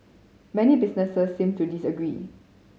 many businesses seem to disagree